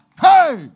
hey